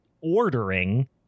ordering